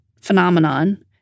phenomenon